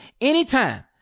anytime